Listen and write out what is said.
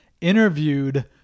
interviewed